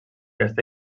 està